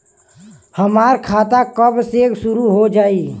हमार खाता कब से शूरू हो जाई?